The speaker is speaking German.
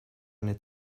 eine